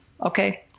okay